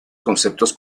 conceptos